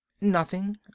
Nothing